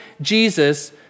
Jesus